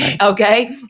okay